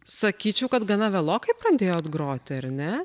sakyčiau kad gana vėlokai pradėjot groti ar ne